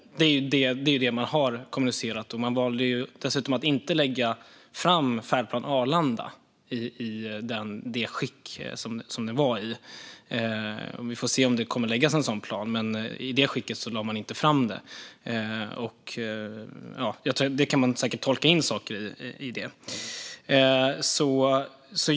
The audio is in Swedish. Det är vad man har kommunicerat. Man valde dessutom att inte lägga fram Färdplan Arlanda i det skick den var. Vi får se om det kommer att läggas fram en sådan plan. Men man lade inte fram den i det skicket. Det går säkert att tolka in saker i det.